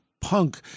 punk